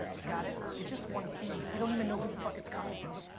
got it. it's just one feed. we don't even know who the fuck it's coming from.